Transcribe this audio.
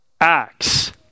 acts